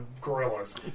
gorillas